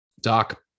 Doc